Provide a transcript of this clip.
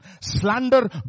slander